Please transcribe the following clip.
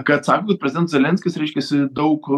kad sako kad prezidentas zelenskis reiškiasi daug